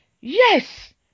Yes